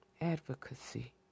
Advocacy